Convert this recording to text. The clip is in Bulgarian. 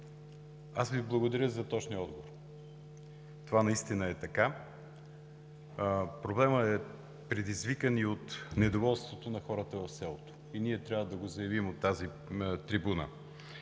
благодаря Ви за точния отговор. Това наистина е така. Проблемът е предизвикан от недоволството на хората в селото и ние трябва да го заявим от тази трибуна.